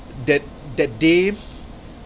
that that day